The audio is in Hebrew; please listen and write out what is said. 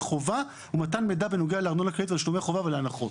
חובה ומתן מידע בנוגע לארנונה כללית ותשלומי חובה ולהנחות".